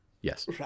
Yes